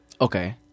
Okay